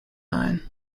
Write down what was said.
nine